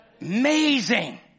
amazing